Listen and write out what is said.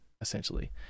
essentially